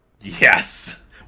Yes